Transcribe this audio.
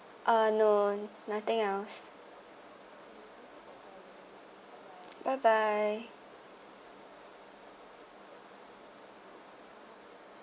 uh no nothing else bye bye